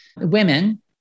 women